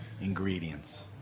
ingredients